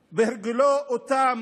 ) בהרגילו אותם